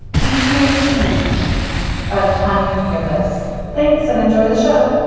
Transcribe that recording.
things may have changed by the time you hear this. thanks, and enjoy the show